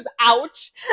ouch